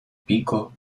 pico